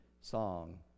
song